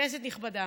כנסת נכבדה,